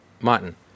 Martin